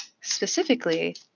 specifically